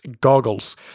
goggles